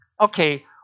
okay